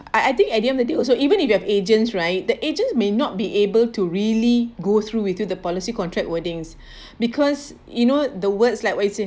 I I think at the end of the day also even if you have agents right the agent may not be able to really go through with you the policy contract wordings because you know the words like what you say